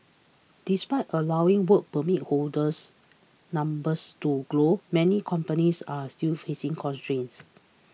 despite allowing Work Permit holders numbers to grow many companies are still facing constraints